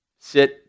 sit